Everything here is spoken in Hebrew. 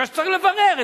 צריך לברר,